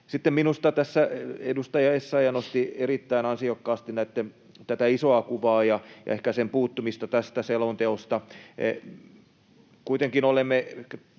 Sitten minusta tässä edustaja Essayah nosti erittäin ansiokkaasti tätä isoa kuvaa ja ehkä sen puuttumista tästä selonteosta. Kuitenkin olemme